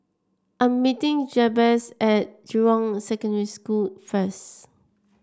I am meeting Jabez at Jurong Secondary School first